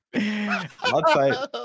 outside